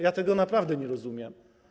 Ja tego naprawdę nie rozumiem.